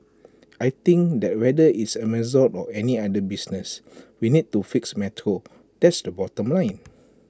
I think that whether it's Amazon or any other business we need to fix metro that's the bottom line